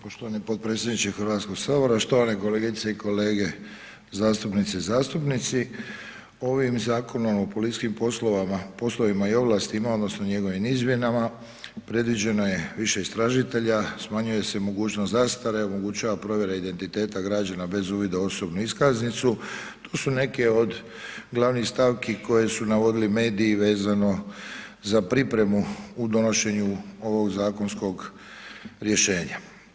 Poštovani potpredsjedniče Hrvatskog sabora, štovane kolegice i kolege, zastupnice i zastupnici ovim Zakonom o policijskim poslovima i ovlastima odnosno njegovim izmjenama predviđeno je više istražitelja, smanjuje se mogućnost zastare, omogućava provjera identiteta građana bez uvida u osobnu iskaznicu, to su neke od glavnih stavki koje su navodili mediji vezano za pripremu u donošenju ovog zakonskog rješenja.